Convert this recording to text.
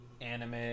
anime